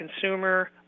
Consumer